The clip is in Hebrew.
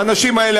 האנשים האלה,